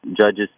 judges